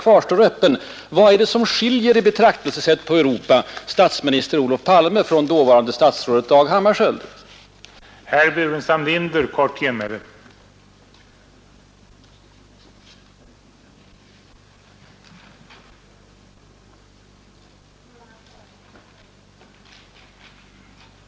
Varför skiljer sig statsminister Olof Palme så fullständigt från dåvarande statsrådet Dag Hammarskjöld då det gäller att betrakta Europa?